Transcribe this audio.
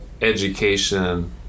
education